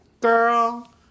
Girl